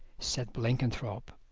said blenkinthrope,